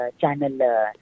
channel